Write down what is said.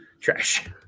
Trash